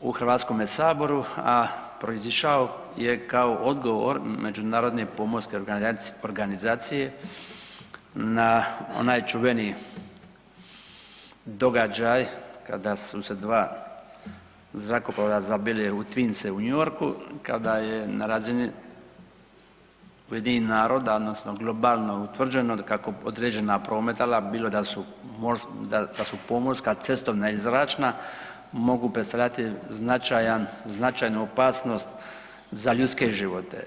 u Hrvatskome saboru, a proizišao je kao odgovor međunarodne pomorske organizacije na onaj čuveni događaj kada su se dva zrakoplova zabili u tweense u New Yorku, kada je na razini UN-a odnosno globalno utvrđeno kako određena prometala bilo da su pomorska, cestovna ili zračna mogu predstavljati značajnu opasnost za ljudske živote.